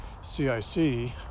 CIC